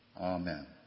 Amen